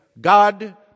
God